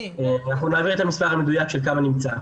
אנחנו נעביר את המספר המדויק של כמה נמצא.